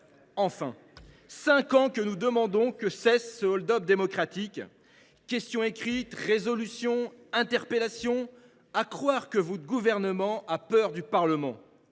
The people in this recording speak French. Voilà cinq ans que nous demandons que cesse ce hold up démocratique. Questions écrites, résolutions, interpellations… C’est à croire que votre gouvernement a peur du Parlement,